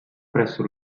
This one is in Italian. presso